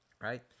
Right